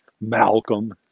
Malcolm